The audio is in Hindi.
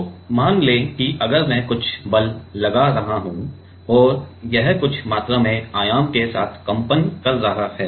तो मान लें कि अगर मैं कुछ बल लगा रहा हूं और यह कुछ मात्रा में आयाम के साथ कंपन कर रहा है